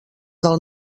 del